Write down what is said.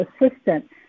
assistant